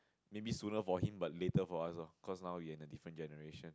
maybe sooner for him but later for us lor cause now we are in the different generation